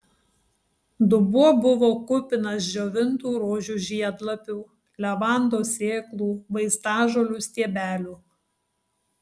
dubuo buvo kupinas džiovintų rožių žiedlapių levandos sėklų vaistažolių stiebelių